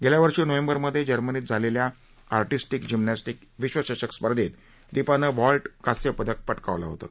ेल्या वर्षी नोव्हेंबरमधे जर्मनीत झालेल्या आर्टिस्टीक जिम्नॅस्टीक विश्वचषक स्पर्धत दीपानं व्हॉल्ट कांस्यपदक पटकावलं होतं